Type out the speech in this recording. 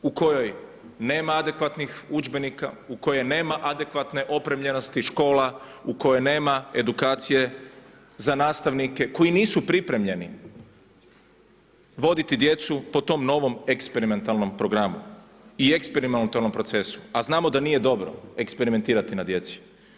U kojoj nema adekvatnih udžbenika, u kojoj nema adekvatne opremljenosti škola, u kojoj nema edukacije za nastavnike koji nisu pripremljeni voditi djecu po tom novom eksperimentalnom programu i eksperimentalnom procesu, a znamo da nije dobro eksperimentirati na djeci.